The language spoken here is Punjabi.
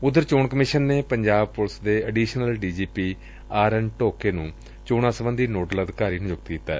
ਉਧਰ ਚੋਣ ਕਮਿਸ਼ਨ ਨੇ ਪੰਜਾਬ ਪੁਲਿਸ ਦੇ additional D G P R N Dhoke ਨੁੰ ਚੋਣਾਂ ਸਬੰਧੀ ਨੋਡਲ ਅਧਿਕਾਰੀ ਨਿਯੁਕਤ ਕੀਤੈ